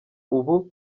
ubu